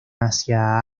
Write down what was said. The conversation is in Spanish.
hacia